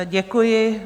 Děkuji.